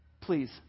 Please